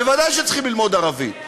ודאי שצריכים ללמוד ערבית.